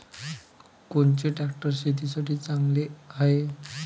कोनचे ट्रॅक्टर शेतीसाठी चांगले हाये?